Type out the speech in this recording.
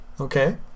Okay